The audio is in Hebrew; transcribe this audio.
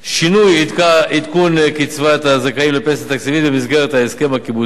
שינוי עדכון קצבת הזכאים לפנסיה תקציבית במסגרת ההסכם הקיבוצי,